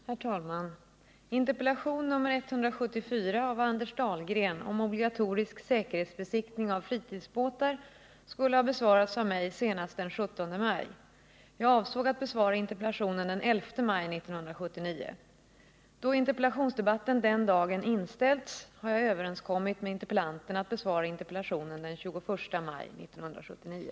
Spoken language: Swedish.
Herr talman! Interpellation nr 174 av Anders Dahlgren om obligatorisk säkerhetsbesiktning av fritidsbåtar skulle besvaras av mig senast den 17 maj. Jag avsåg att besvara interpellationen den 11 maj 1979. Då interpellationsdebatten den dagen inställts har jag överenskommit med interpellanten att besvara interpellationen den 21 maj 1979.